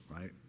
right